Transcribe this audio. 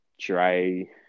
dry